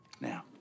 Now